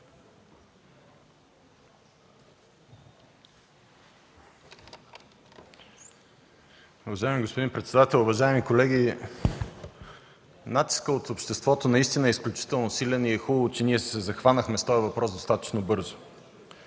Уважаеми господин председател, уважаеми колеги! Натискът от обществото наистина е изключително силен и е хубаво, че се захванахме с този въпрос достатъчно бързо.